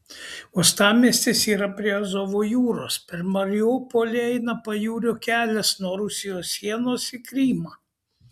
uostamiestis yra prie azovo jūros per mariupolį eina pajūrio kelias nuo rusijos sienos į krymą